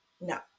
no